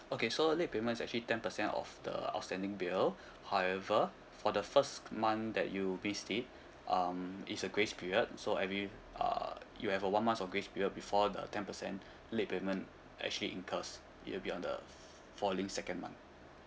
okay so late payment is actually ten percent of the outstanding bill however for the first month that you missed it um it's a grace period so every uh you have a one months of grace period before the ten percent late payment actually incurs it will be on the f~ following second month